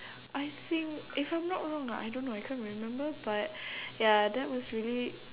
I think if I'm not wrong ah I don't know I can't remember but ya that was really